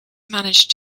managed